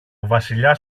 βασιλιάς